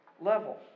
level